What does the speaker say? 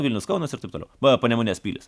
vilnius kaunas ir taip toliau va panemunės pilys